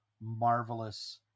marvelous